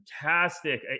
fantastic